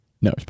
no